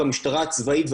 והמשטרה הצבאית,